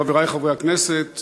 חברי חברי הכנסת,